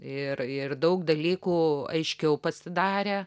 ir ir daug dalykų aiškiau pasidarė